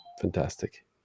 fantastic